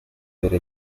vera